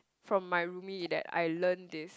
from my roomie that I learnt this